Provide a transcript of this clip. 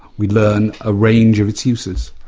we learn a range of its uses.